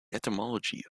etymology